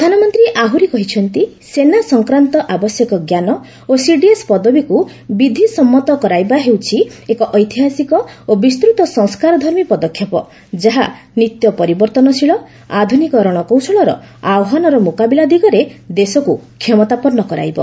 ପ୍ରଧାନମନ୍ତ୍ରୀ ଆହୁରି କହିଛନ୍ତି ସେନା ସଂକ୍ରାନ୍ତ ଆବଶ୍ୟକ ଜ୍ଞାନ ଓ ସିଡିଏସ୍ ପଦବୀକୃ ବିଧିସମ୍ମତ କରାଇବା ହେଉଛି ଏକ ଐତିହାସିକ ଓ ବିସ୍ତୃତ ସଂସ୍କାରଧର୍ମୀ ପଦକ୍ଷେପ ଯାହା ନିତ୍ୟ ପରିବର୍ତ୍ତନଶୀଳ ଆଧୁନିକ ରଣକୌଶଳର ଆହ୍ୱାନର ମୁକାବିଲା ଦିଗରେ ଦେଶକୁ କ୍ଷମତାପନ୍ନ କରାଇବ